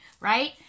right